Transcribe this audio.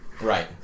Right